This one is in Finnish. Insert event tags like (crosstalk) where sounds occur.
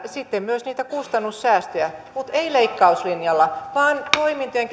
sitten myös niitä kustannussäästöjä mutta ei leikkauslinjalla vaan toimintojen (unintelligible)